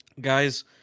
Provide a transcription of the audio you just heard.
Guys